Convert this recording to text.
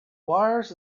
wires